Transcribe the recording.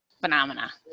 Phenomena